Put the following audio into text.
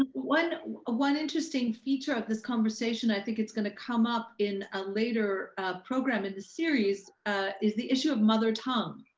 um one um one interesting feature of this conversation, i think it's going to come up in a later program in the series is the issue of mother tongue.